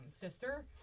sister